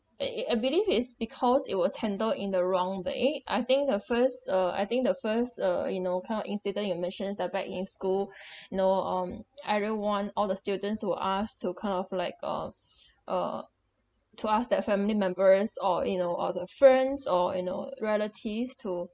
I believe is because it was handled in the wrong way I think the first uh I think the first uh you know kind of incident you mention the back in school no um everyone all the students were asked to kind of like uh uh to ask that family members or you know or the friends or you know relatives to